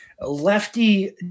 lefty